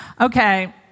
Okay